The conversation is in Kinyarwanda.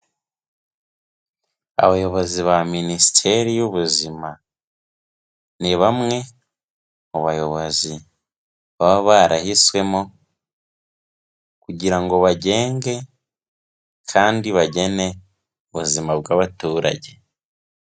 Abayobozi ba minisiteri y'ubuzima, ni bamwe mu bayobozi baba barahiswemo kugira ngo bagenge kandi bagene ubuzima bw'abaturage.